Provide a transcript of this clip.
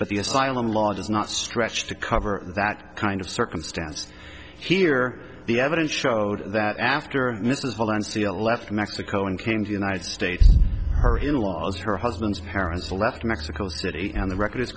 but the asylum law does not stretch to cover that kind of circumstance here the evidence showed that after mr valencia left mexico and came to united states her in laws her husband's parents left mexico city and the record i